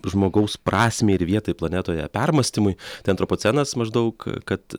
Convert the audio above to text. žmogaus prasmei ir vietai planetoje permąstymui tai antropocenas maždaug kad